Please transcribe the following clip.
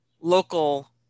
local